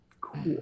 Cool